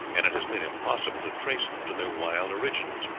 and it has been impossible to trace them to their wild originals.